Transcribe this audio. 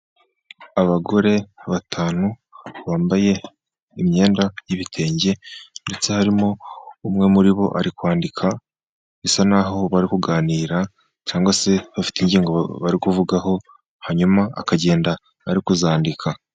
Abagore batanu bambaye imyenda y'ibitenge, ndetse harimo umwe muri bo ari kwandika bisa naho bari kuganira, cyangwa se bafite ingingo bakuvugaho hanyuma akagenda ari kuzandika.